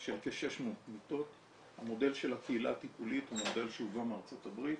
של כ-600 --- המודל של הקהילה הטיפולית הוא מודל שהובא מארצות הברית,